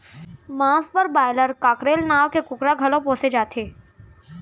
मांस बर broiler, cockerel नांव के कुकरा घलौ पोसे जाथे